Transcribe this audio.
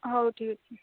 ହଉ ଠିକ୍ ଅଛି